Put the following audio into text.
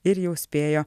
ir jau spėjo